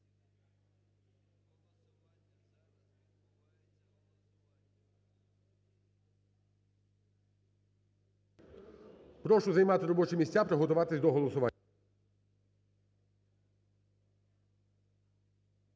Прошу займати робочі місця, приготуватись до голосування.